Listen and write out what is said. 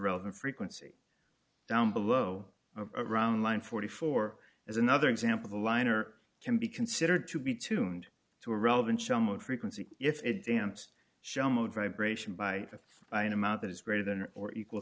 relevant frequency down below around line forty four as another example the liner can be considered to be tuned to a relevant shell mode frequency if it damps show mode vibration by an amount that is greater than or equal